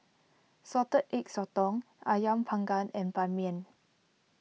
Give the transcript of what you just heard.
Salted Egg Sotong Ayam Panggang and Ban Mian